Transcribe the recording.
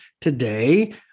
today